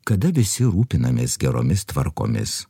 kada visi rūpinamės geromis tvarkomis